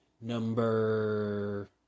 number